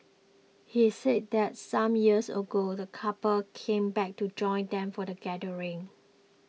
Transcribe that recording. he said that some years ago the couple came back to join them for the gathering